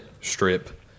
strip